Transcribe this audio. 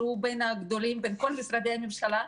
שהוא בין הגדולים בין כל משרדי הממשלה.